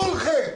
כולכם